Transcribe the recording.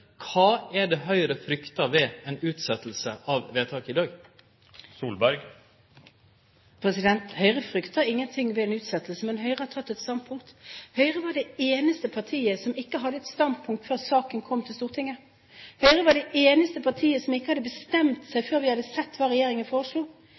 Kva er det Høgre fryktar ved ei utsetjing av vedtaket i dag? Høyre frykter ingenting ved en utsettelse, men Høyre har tatt et standpunkt. Høyre var det eneste partiet som ikke hadde et standpunkt før saken kom til Stortinget. Høyre var det eneste partiet som ikke hadde bestemt seg